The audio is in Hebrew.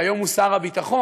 שהיום הוא שר הביטחון,